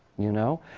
you know?